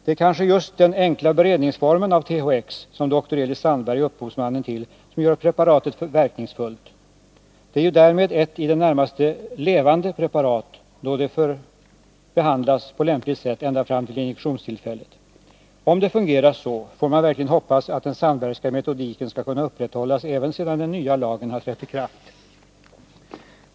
Det är kanske just den enkla beredningsformen av THX, som doktor Elis Sandberg är upphovsmannen till, som gör preparatet verkningsfullt. Det är ju därmed ett i det närmaste ”levande” preparat, då det behandlas på lämpligt sätt ända fram till injektionstillfället. Om det fungerar så, får man verkligen hoppas att den Sandbergska metodiken skall kunna upprätthållas även sedan den nya lagen har trätt i kraft.